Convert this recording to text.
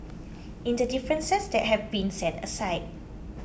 in the differences that have been set aside